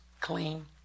clean